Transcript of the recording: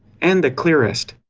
and the clearest.